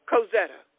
Cosetta